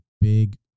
big